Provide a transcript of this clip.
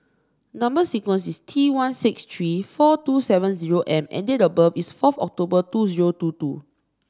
number sequence is T one six three four two seven zero M and date of birth is four October two zero two two